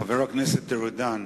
חבר הכנסת ארדן,